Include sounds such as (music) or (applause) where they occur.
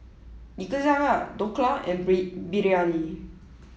Nikujaga Dhokla and (unintelligible) Biryani